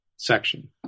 section